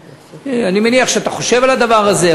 אני מניח שאתה חושב על הדבר הזה,